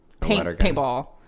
paintball